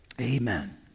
Amen